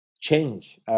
change